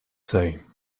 say